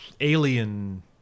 Alien